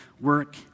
work